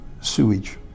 sewage